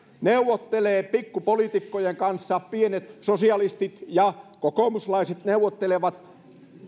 neuvottelee pikkupoliitikkojen kanssa pienet sosialistit ja kokoomuslaiset neuvottelevat